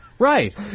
Right